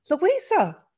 Louisa